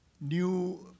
new